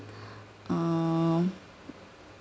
uh